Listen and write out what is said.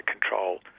control